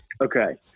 Okay